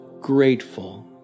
grateful